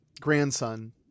grandson